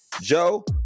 Joe